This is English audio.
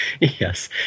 Yes